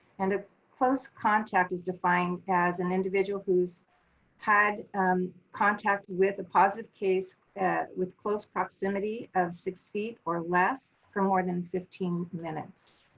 and a close contact is defined as an individual who's had contact with a positive case with close proximity of six feet or less for more than fifteen minutes.